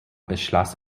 beschloss